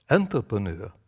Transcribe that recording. entrepreneur